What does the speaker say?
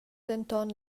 denton